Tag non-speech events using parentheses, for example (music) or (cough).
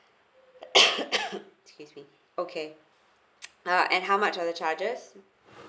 (coughs) excuse me okay uh and how much are the charges